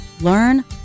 Learn